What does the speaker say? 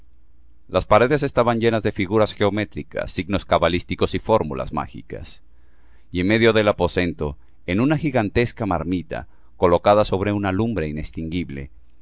las paredes estaban llenas de figuras geométricas signos cabalísticos y fórmulas mágicas y en medio del aposento en una gigantesca marmita colocada sobre una lumbre